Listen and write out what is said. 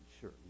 sure